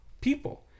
people